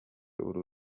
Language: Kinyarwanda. uru